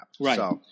Right